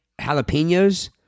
jalapenos